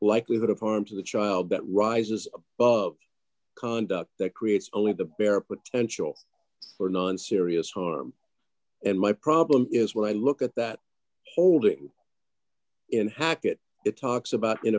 likelihood of harm to the child that rises above conduct that creates only the bare potential for non serious in my problem is when i look at that holding in hackett it talks about in